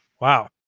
Wow